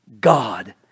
God